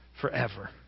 forever